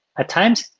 at times,